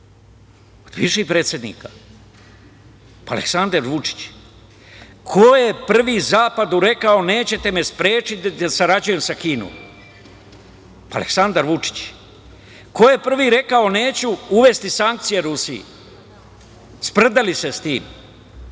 neću u NATO? Pa, Aleksandar Vučić. Ko je prvi zapadu rekao – nećete me sprečiti da sarađujem sa Kinom? Pa, Aleksandar Vučić. Ko je prvi rekao – neću uvesti sankcije Rusiji? Sprdali se sa tim.